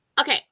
Okay